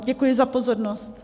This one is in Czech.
Děkuji za pozornost.